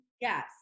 yes